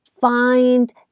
find